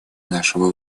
нашего